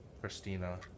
Christina